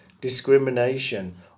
discrimination